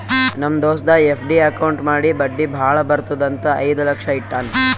ನಮ್ ದೋಸ್ತ FD account ಮಾಡಿ ಬಡ್ಡಿ ಭಾಳ ಬರ್ತುದ್ ಅಂತ್ ಐಯ್ದ ಲಕ್ಷ ಇಟ್ಟಾನ್